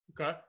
Okay